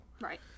Right